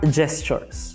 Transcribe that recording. gestures